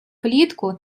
влітку